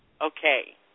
Okay